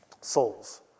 Souls